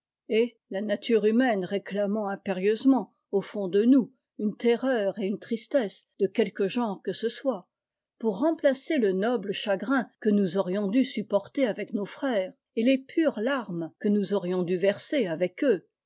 genre que ce soit pour remplacer le noble chagrin que nous aurions dû supporter avec nos frères et les pures larmes que nous aurions dû verser avec eux